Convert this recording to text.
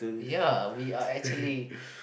ya we are actually